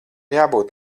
jābūt